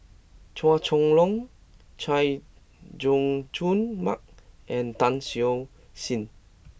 Chua Chong Long Chay Jung Jun Mark and Tan Siew Sin